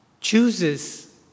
chooses